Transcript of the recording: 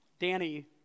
Danny